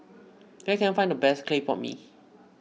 where can I find the best Clay Pot Mee